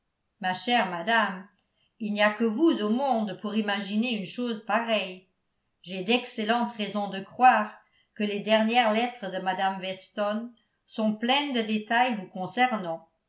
ma chère madame il n'y a que vous au monde pour imaginer une chose pareille j'ai d'excellentes raisons de croire que les dernières lettres de mme weston sont pleines de détails vous concernant